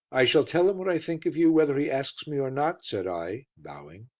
i shall tell him what i think of you whether he asks me or not, said i, bowing.